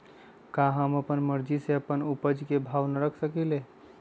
का हम अपना मर्जी से अपना उपज के भाव न रख सकींले?